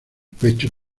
pecho